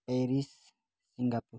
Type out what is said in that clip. Paris Singapore